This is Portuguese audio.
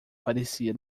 parecia